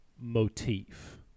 motif